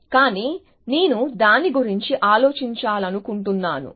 కానీ నేను దాని గురించి ఆలోచించాలను కుంటున్నాను